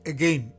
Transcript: Again